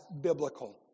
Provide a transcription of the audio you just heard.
biblical